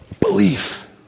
belief